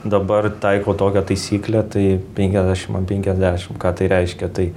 dabar taikau tokią taisyklę tai penkiasdešim penkiasdešim ką tai reiškia tai